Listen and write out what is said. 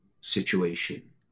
situation